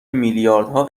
میلیاردها